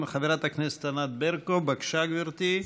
חברת הכנסת ענת ברקו, בבקשה, גברתי.